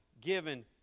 given